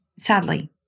Sadly